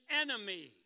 enemy